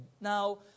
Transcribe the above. Now